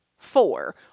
Four